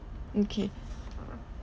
okay